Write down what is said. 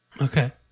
Okay